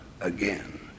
again